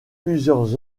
plusieurs